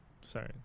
sorry